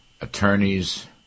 attorneys